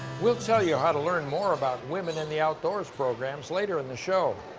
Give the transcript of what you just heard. we'll tell you how to learn more about women in the outdoors programs later in the show.